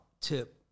Tip